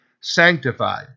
sanctified